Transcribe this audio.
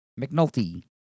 McNulty